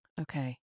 Okay